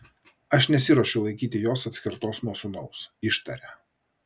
aš nesiruošiu laikyti jos atskirtos nuo sūnaus ištaria